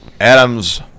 Adams